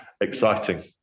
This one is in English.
Exciting